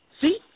See